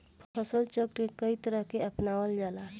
फसल चक्र के कयी तरह के अपनावल जाला?